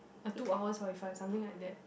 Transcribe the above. uh two hours forty five something like that